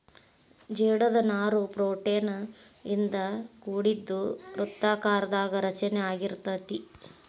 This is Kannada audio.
ಜೇಡದ ನಾರು ಪ್ರೋಟೇನ್ ಇಂದ ಕೋಡಿದ್ದು ವೃತ್ತಾಕಾರದಾಗ ರಚನೆ ಅಗಿರತತಿ